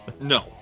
No